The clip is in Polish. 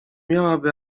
miałaby